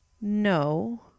No